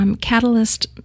Catalyst